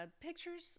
Pictures